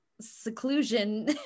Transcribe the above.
seclusion